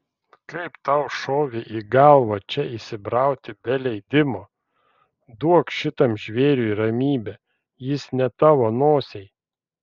kaip tau šovė į galvą čia įsibrauti be leidimo duok šitam žvėriui ramybę jis ne tavo nosiai